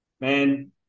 Man